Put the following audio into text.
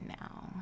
now